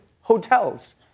hotels